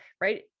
right